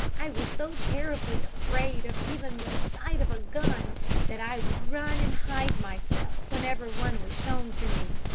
i was so terribly afraid of even the sight of a gun that i would run and hide myself whenever one was shown to me.